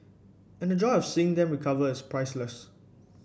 and the joy of seeing them recover is priceless